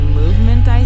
movement